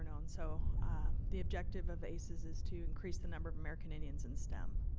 known. so the objective of aises is to increase the number of american indians in stem,